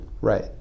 Right